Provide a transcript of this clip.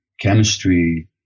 chemistry